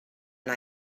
and